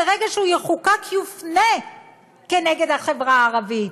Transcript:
ברגע שהוא יחוקק הוא יופנה כנגד החברה הערבית?